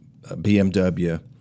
BMW